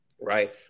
right